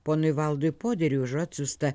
ponui valdui poderiui už atsiųstą